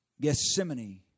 Gethsemane